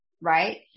right